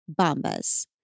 Bombas